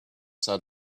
side